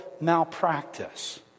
malpractice